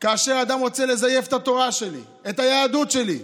כאשר אדם רוצה לזייף את התורה שלי, את היהדות שלי.